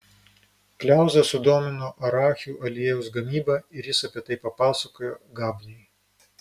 kliauzą sudomino arachių aliejaus gamyba ir jis apie tai papasakojo gabniui